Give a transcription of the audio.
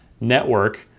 network